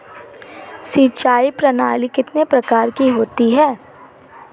सिंचाई प्रणाली कितने प्रकार की होती है?